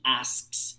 asks